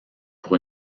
pour